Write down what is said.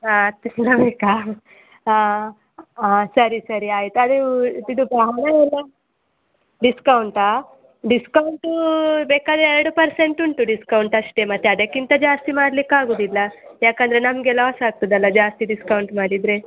ಹಾಂ ಹತ್ತು ಕಿಲೋ ಬೇಕಾ ಹಾಂ ಹಾಂ ಸರಿ ಸರಿ ಆಯ್ತು ಅದೇ ಇದು ಹಣ ಎಲ್ಲ ಡಿಸ್ಕೌಂಟಾ ಡಿಸ್ಕೌಂಟ್ ಬೇಕಾದರೆ ಎರಡು ಪರ್ಸೆಂಟ್ ಉಂಟು ಡಿಸ್ಕೌಂಟ್ ಅಷ್ಟೆ ಮತ್ತೆ ಅದಕ್ಕಿಂತ ಜಾಸ್ತಿ ಮಾಡಲಿಕ್ಕೆ ಆಗುವುದಿಲ್ಲ ಯಾಕೆಂದರೆ ನಮಗೆ ಲಾಸ್ ಆಗ್ತದಲ್ಲ ಜಾಸ್ತಿ ಡಿಸ್ಕೌಂಟ್ ಮಾಡಿದರೆ